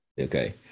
okay